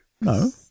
No